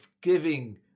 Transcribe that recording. giving